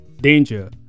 danger